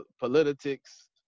politics